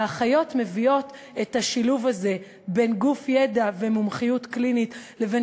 האחיות מביאות את השילוב הזה בין גוף ידע ומומחיות קלינית לבין